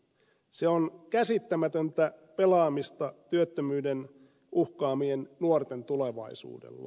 se on käsittämätöntä pelaamista työttömyyden uhkaamien nuorten tulevaisuudella